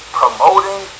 promoting